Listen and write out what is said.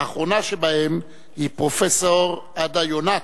האחרונה שבהם היא הפרופסור עדה יונת,